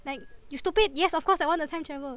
like you stupid yes of course I want to time travel